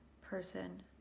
person